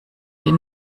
die